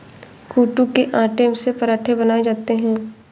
कूटू के आटे से पराठे बनाये जाते है